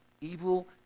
evil